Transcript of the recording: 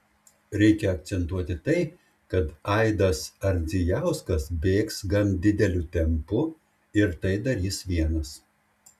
reikia akcentuoti tai kad aidas ardzijauskas bėgs gan dideliu tempu ir tai darys vienas